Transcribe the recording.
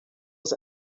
his